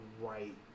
right